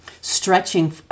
stretching